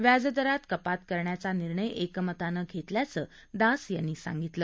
व्याजदरात कपात करण्याचा निर्णय एकमतानं घेतल्याचं दास यांनी सांगितलं